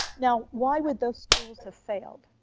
now, why would those schools have failed?